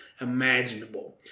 imaginable